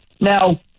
Now